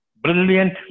brilliant